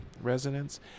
residents